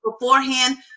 beforehand